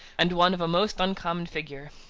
and one of a most uncommon figure.